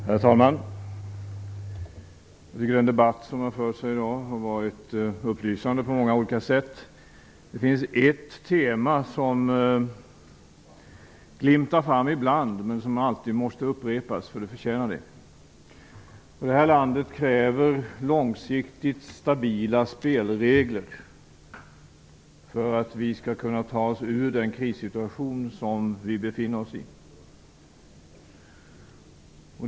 Herr talman! Jag tycker att den debatt som förts här i dag har varit upplysande på många olika sätt. Det finns ett tema som glimtar fram ibland men som alltid måste upprepas, för det förtjänar det: Det här landet kräver långsiktigt stabila spelregler för att vi skall kunna ta oss ur den krissituation som vi befinner oss i.